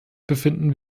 befinden